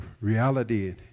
reality